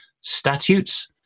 statutes